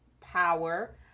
power